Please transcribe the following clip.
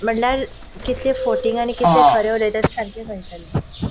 म्हणल्यार कितले फोटींग आनी कितले खरे उलयता ते सारकें कळटलें